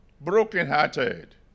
brokenhearted